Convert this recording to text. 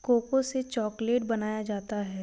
cocoa से chocolate बनाया जाता है